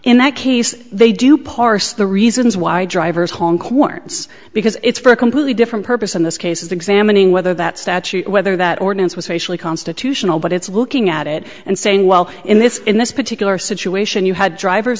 in that case they do parse the reasons why drivers honk warrants because it's for a completely different purpose in this case is examining whether that statute whether that ordinance was racially constitutional but it's looking at it and saying well in this in this particular situation you had drivers